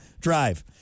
drive